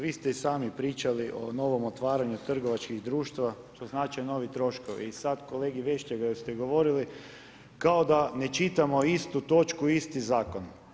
Vi ste i sami pričali o novom otvaranju privatnih društva što znače novi troškovi i sad kolegi Vešligaju ste govorili kao da ne čitamo istu točku, isti zakon.